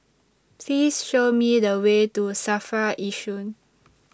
Please Show Me The Way to SAFRA Yishun